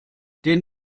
den